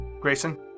Grayson